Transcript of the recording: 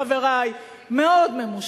לחברי, מאוד ממושמעת,